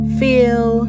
feel